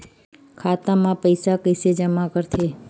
खाता म पईसा कइसे जमा करथे?